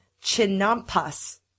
Chinampas